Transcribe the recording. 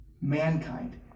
mankind